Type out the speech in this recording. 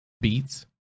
beats